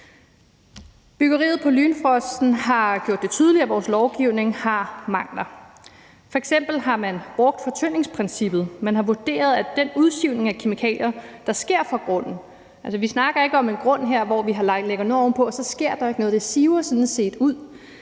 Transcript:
Byggeriet på Lynfrosten har gjort det tydeligt, at vores lovgivning har mangler. F.eks. har man brugt fortyndingsprincippet. Man har vurderet, at den udsivning af kemikalier, der sker fra grunden – vi snakker altså ikke om en grund her, hvor vi lægger noget ovenpå, og så sker der ikke noget; det siver sådan set ud